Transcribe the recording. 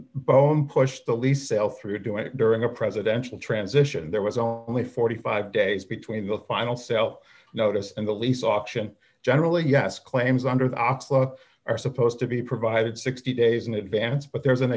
bowen pushed the lease sale through doing it during a presidential transition there was only forty five dollars days between the final sale notice and the lease option generally yes claims under the top law are supposed to be provided sixty days in advance but there's an